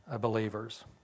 believers